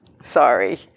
sorry